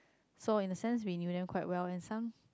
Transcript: so in a sense we knew them quite well and some